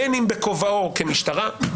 בין אם בכובעו כמשטרה,